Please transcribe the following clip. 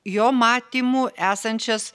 jo matymu esančias